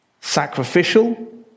sacrificial